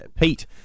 Pete